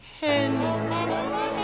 hen